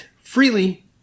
freely